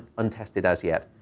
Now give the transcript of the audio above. untested as yet.